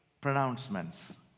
pronouncements